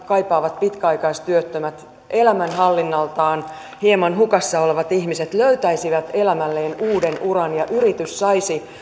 kaipaavat pitkäaikaistyöttömät elämänhallinnaltaan hieman hukassa olevat ihmiset löytäisivät elämälleen uuden uran ja yritys saisi